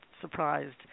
surprised